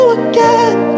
again